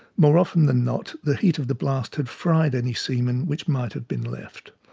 more often than not, the heat of the blast had fried any semen which might have been left.